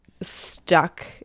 stuck